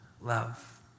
love